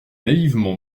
naïvement